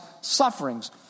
sufferings